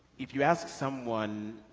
if you ask someone